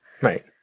right